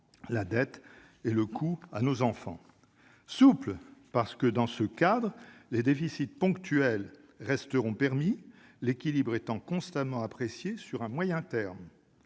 en léguant le coût à nos enfants. Elle est souple, parce que, dans ce cadre, les déficits ponctuels resteront permis, l'équilibre étant constamment apprécié sur un moyen terme,